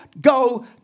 go